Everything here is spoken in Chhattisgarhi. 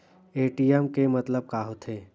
ए.टी.एम के मतलब का होथे?